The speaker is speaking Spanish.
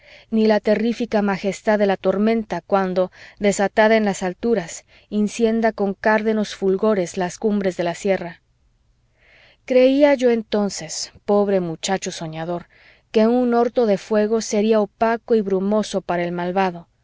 ni la terrífica majestad de la tormenta cuando desatada en las alturas incendia con cárdenos fulgores las cumbres de la sierra creía yo entonces pobre muchacho soñador que un orto de fuego sería opaco y brumoso para el malvado